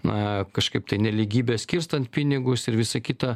na kažkaip tai nelygybė skirstant pinigus ir visa kita